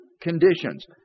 conditions